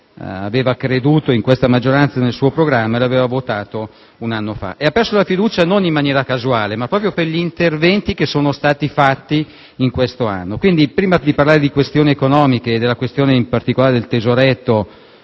aveva creduto in questa maggioranza e nel suo programma e l'aveva votato un anno fa. E il Governo ha perso la fiducia non in maniera casuale ma proprio per gli interventi che ha adottato in quest'anno. Quindi, prima di parlare di questioni economiche, in particolare della